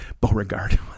Beauregard